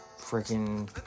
freaking